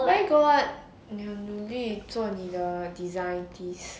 where got maybe 你做你的 design piece